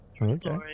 Okay